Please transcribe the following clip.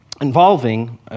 involving